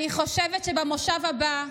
אני חושבת שבמושב הבא,